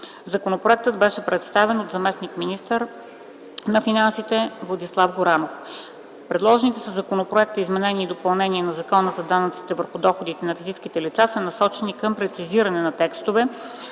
Законопроектът беше представен от заместник-министъра на финансите Владислав Горанов. Предложените със законопроекта изменения и допълнения на Закона за данъците върху доходите на физическите лица са насочени към прецизиране на текстове,